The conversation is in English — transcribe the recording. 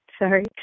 sorry